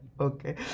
Okay